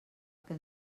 que